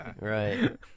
Right